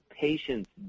patients